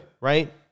right